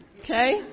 okay